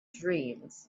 dreams